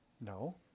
No